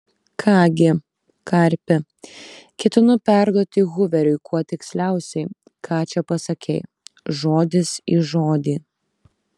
ką gi karpi ketinu perduoti huveriui kuo tiksliausiai ką čia pasakei žodis į žodį